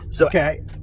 Okay